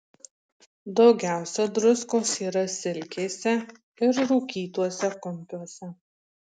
daugiausia druskos yra silkėse ir rūkytuose kumpiuose